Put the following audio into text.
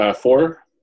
four